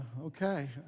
okay